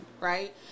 right